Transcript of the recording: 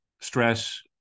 Stress